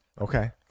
okay